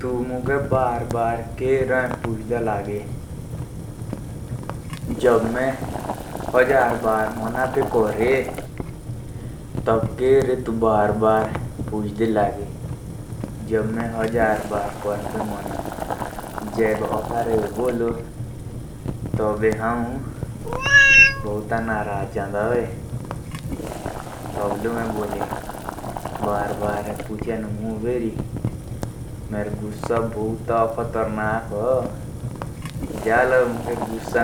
तो मेरो बार बार क्यूं पूछरा अगर मुझे दुबारा पूछा ना तो फिर मेरा गुस्सा